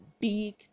big